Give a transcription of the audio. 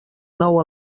nou